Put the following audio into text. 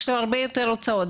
יש לו הרבה יותר הוצאות,